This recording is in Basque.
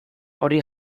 hori